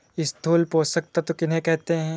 स्थूल पोषक तत्व किन्हें कहते हैं?